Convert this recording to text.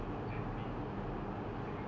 makan Maggi Maggi kering